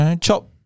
chop